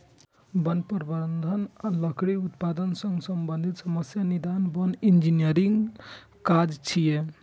वन प्रबंधन आ लकड़ी उत्पादन सं संबंधित समस्याक निदान वन इंजीनियरक काज छियै